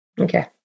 Okay